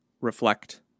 reflect